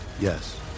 Yes